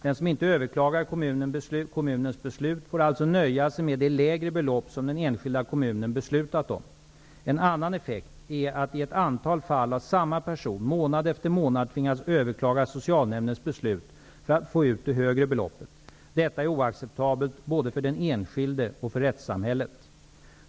Den som inte överklagar kommunens beslut får alltså nöja sig med det lägre belopp som den enskilda kommunen beslutat om. En annan effekt är att i ett antal fall samma person månad efter månad har tvingats överklaga socialnämndens beslut för att få ut det högre beloppet. Detta är oacceptabelt både för den enskilde och för rättssamhället.